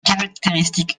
caractéristique